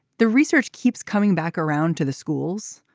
the research keeps coming back around to the schools.